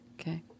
Okay